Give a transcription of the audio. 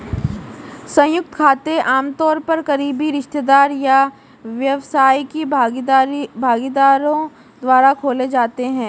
संयुक्त खाते आमतौर पर करीबी रिश्तेदार या व्यावसायिक भागीदारों द्वारा खोले जाते हैं